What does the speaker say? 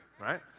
right